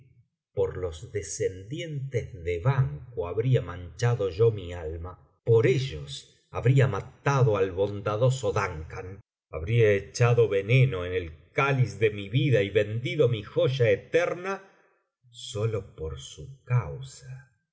por los descendientes de banquo habría manchado yo mi alma por ellos habría matado al bondadoso duncan habría echado veneno en el cáliz de mi vida y vendido mi joya eterna sólo por su causa